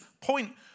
point